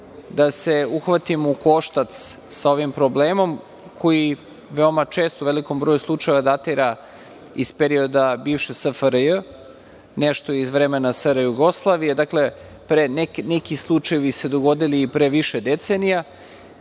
da se uhvatimo u koštac sa ovim problemom koji veoma često, u velikom broju slučajeva datira iz perioda bivše SFRJ, nešto iz vremena SRJ. Dakle, neki slučajevi su se dogodili pre više decenija,